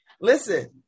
listen